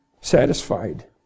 satisfied